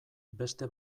beste